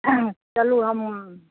चलू हम